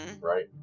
right